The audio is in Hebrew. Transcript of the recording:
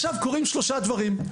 מכאן קורים שלושה דברים.